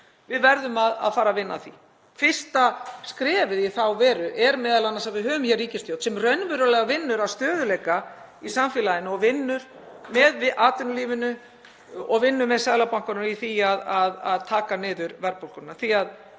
við verðum að fara að vinna að því. Fyrsta skrefið í þá veru er m.a. að við höfum hér ríkisstjórn sem raunverulega vinnur að stöðugleika í samfélaginu og vinnur með atvinnulífinu og vinnur með Seðlabankanum í því að taka niður verðbólguna.